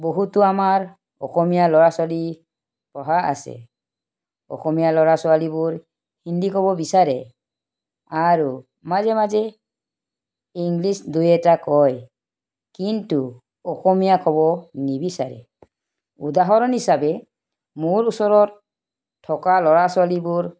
বহুতো আমাৰ অসমীয়া ল'ৰা ছোৱালী পঢ়া আছে অসমীয়া ল'ৰা ছোৱালীবোৰ হিন্দি ক'ব বিচাৰে আৰু মাজে মাজে ইংলিছ দুই এটা কয় কিন্তু অসমীয়া ক'ব নিবিচাৰে উদাহৰণ হিচাপে মোৰ ওচৰত থকা ল'ৰা ছোৱালীবোৰ